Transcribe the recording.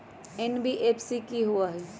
NBFC कि होअ हई?